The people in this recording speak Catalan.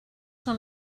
són